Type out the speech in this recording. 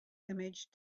image